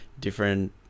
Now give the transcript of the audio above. different